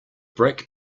brake